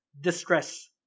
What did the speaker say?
distress